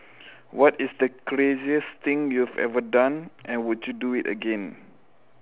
what is the craziest thing you have ever done and would you do it again